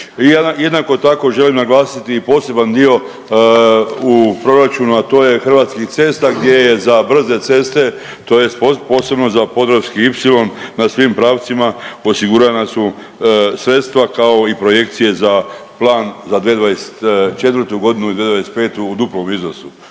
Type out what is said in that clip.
I jednako tako želim naglasiti i poseban dio u proračunu, a to je Hrvatskih cesta gdje je za brze ceste tj. posebno za Podravski ipsilon na svim pravcima osigurana su sredstva kao i projekcije za plan za 2024. godinu i 2025. u duplom iznosu.